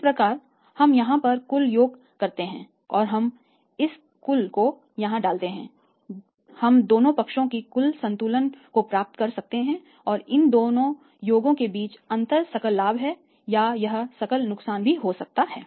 इस प्रकार हम यहां पर कुल योग करते हैं और हम इस कुल को यहां डालते हैं हम दोनों पक्षों के कुल संतुलन को प्राप्त कर सकते हैं और इन दो योगों के बीच का अंतर सकल लाभ है या यह सकल नुकसान भी हो सकता है